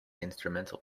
instrumental